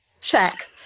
Check